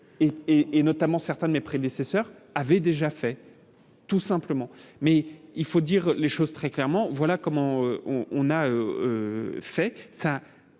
et notamment certains de mes prédécesseurs avaient déjà fait tout simplement, mais il faut dire les choses très clairement, voilà comment. On a fait,